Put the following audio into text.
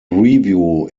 review